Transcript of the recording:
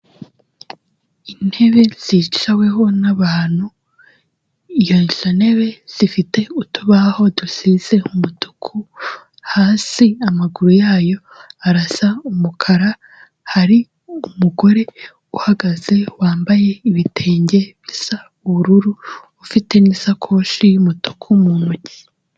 Intebe zicaweho n'abantu, izo ntebe zifite utubaho dusize umutuku, hasi amaguru yayo arasa umukara, hari umugore uhagaze wambaye ibitenge bisa ubururu, ufite n'isakoshi y'umutuku mu ntoki.